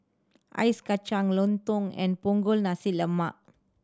ice kacang lontong and Punggol Nasi Lemak